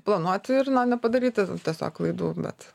planuoti ir na nepadaryti tiesiog klaidų bet